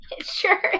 sure